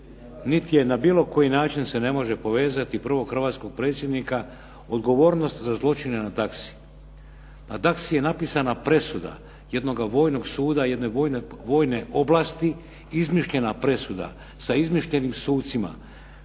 Niti je na bilo koji način se ne može povezati prvog hrvatskog predsjednika odgovornost za zločine na Daksi. Na Daksi je napisana presuda jednoga vojnog suda, jedne vojne oblasti, izmišljena presuda sa izmišljenim sucima,